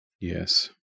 yes